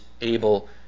able